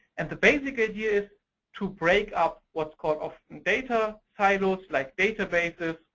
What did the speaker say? and the basic idea is to break up what's caught off data titles, like databases,